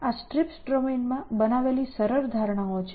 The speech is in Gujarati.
આ STRIPS ડોમેનમાં બનાવેલી સરળ ધારણાઓ છે